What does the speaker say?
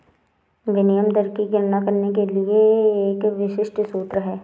विनिमय दर की गणना करने के लिए एक विशिष्ट सूत्र है